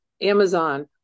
amazon